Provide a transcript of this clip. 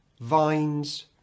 vines